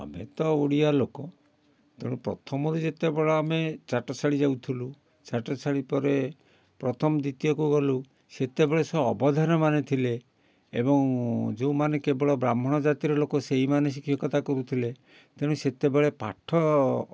ଆମେ ତ ଓଡ଼ିଆ ଲୋକ ତେଣୁ ପ୍ରଥମରେ ଯେତେବେଳେ ଆମେ ଚାଟଶାଳୀ ଯାଉଥିଲୁ ଚାଟଶାଳୀ ପରେ ପ୍ରଥମ ଦ୍ୱିତୀୟକୁ ଗଲୁ ସେତେବେଳେ ସ ଅବଧାନ ମାନେ ଥିଲେ ଏବଂ ଯେଉଁମାନେ କେବଳ ବ୍ରାହ୍ମଣ ଜାତିର ଲୋକ ସେହିମାନେ ଶିକ୍ଷକତା କରୁଥିଲେ ତେଣୁ ସେତେବେଳେ ପାଠ